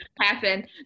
happen